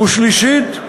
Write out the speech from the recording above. ושלישית,